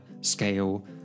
scale